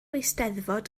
eisteddfod